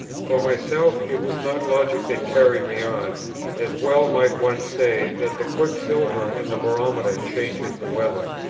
for myself, it was not logic that carried me on as well might one say that the quicksilver in the barometer changes the weather.